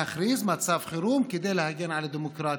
להכריז מצב חירום כדי להגן על הדמוקרטיה,